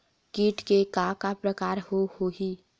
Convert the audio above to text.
कीट के का का प्रकार हो होही?